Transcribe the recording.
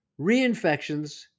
reinfections